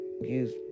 use